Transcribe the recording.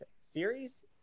series